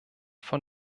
von